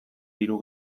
diru